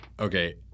okay